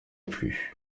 plus